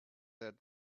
that